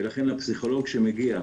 ולכן הפסיכולוג שמגיע,